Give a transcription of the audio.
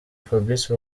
fabrice